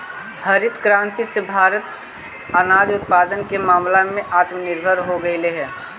हरित क्रांति से भारत अनाज उत्पादन के मामला में आत्मनिर्भर हो गेलइ हे